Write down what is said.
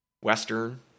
Western